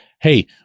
Hey